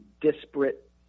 disparate